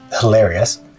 hilarious